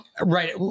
right